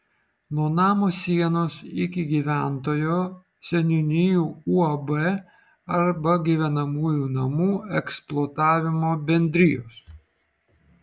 nuo namo sienos iki gyventojo seniūnijų uab arba gyvenamųjų namų eksploatavimo bendrijos